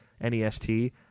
N-E-S-T